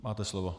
Máte slovo.